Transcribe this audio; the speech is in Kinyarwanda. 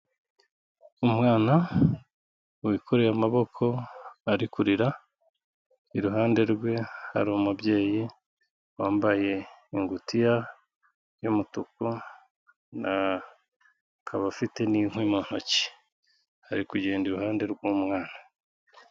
Umwana wikoreye amaboko ari kurira iruhande rwe hari umubyeyi wambaye ingutiya y'umutuku, na akaba afite n'inkwi mu ntoki ari kugenda iruhande rw'umwana.